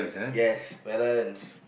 yes balance